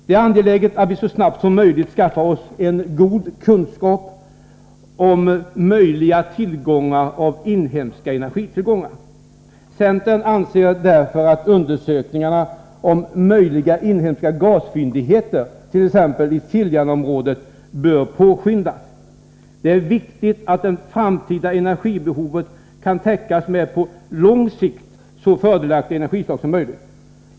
Det är angeläget att vi så snart som möjligt skaffar oss god kunskap om förekomsten av inhemska energitillgångar. Centern anser därför att undersökningarna om möjliga inhemska gasfyndigheter, t.ex. i Siljansområdet, bör påskyndas. Det är viktigt att det framtida energibehovet kan täckas med på lång sikt så fördelaktiga energislag som möjligt.